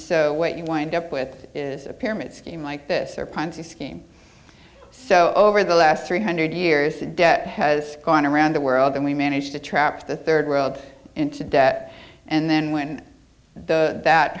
so what you wind up with is a pyramid scheme like this or ponzi scheme so over the last three hundred years the debt has gone around the world and we managed to trap the third world into debt and then when the that